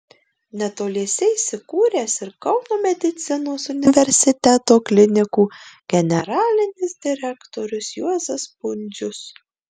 netoliese įsikūręs ir kauno medicinos universiteto klinikų generalinis direktorius juozas pundzius